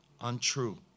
Untrue